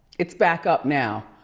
it's back up now.